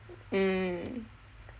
mm